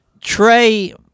Trey